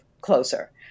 closer